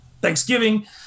Thanksgiving